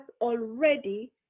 already